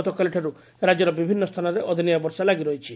ଗତକାଲିଠାରୁ ରାକ୍ୟର ବିଭିନୁ ସ୍ଥାନରେ ଅଦିନିଆ ବର୍ଷା ଲାଗି ରହିଛି